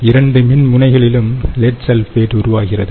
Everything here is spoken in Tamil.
இரண்டு மின்முனைகளிலும் லெட்சல்பேட் உருவாகிறது